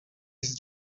his